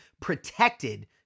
protected